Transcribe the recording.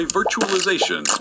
virtualization